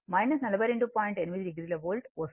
8 o volt వస్తుంది